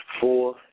Four